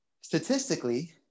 statistically